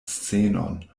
scenon